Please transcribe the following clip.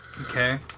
Okay